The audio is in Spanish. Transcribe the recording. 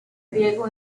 riego